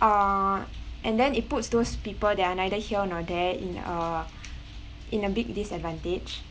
uh and then it puts those people that are neither here nor there in a in a big disadvantage